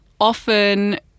often